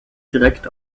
direkt